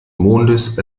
mondes